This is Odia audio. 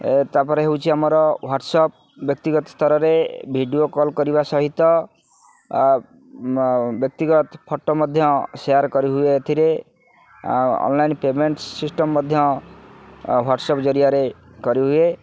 ଏ ତା'ପରେ ହେଉଛି ଆମର ହ୍ୱାଟ୍ସ୍ଆପ୍ ବ୍ୟକ୍ତିଗତ ସ୍ତରରେ ଭିଡ଼ିଓ କଲ୍ କରିବା ସହିତ ବ୍ୟକ୍ତିଗତ ଫଟୋ ମଧ୍ୟ ସେୟାର କରିହୁଏ ଏଥିରେ ଆଉ ଅନ୍ଲାଇନ୍ ପେମେଣ୍ଟସ୍ ସିଷ୍ଟମ୍ ମଧ୍ୟ ହ୍ୱାଟ୍ସ୍ଆପ୍ ଜରିଆରେ କରିହୁଏ